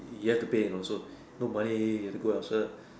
you have to pay you know so no money you have to go elsewhere lah